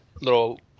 little